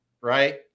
right